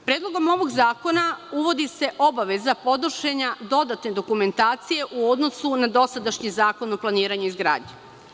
Predlogom ovog zakona uvodi se obaveza podnošenja dodatne dokumentacije u odnosu na dosadašnji Zakon o planiranju i izgradnji.